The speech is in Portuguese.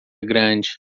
grande